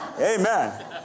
Amen